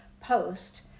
post